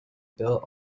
built